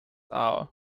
hour